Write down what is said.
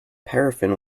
paraffin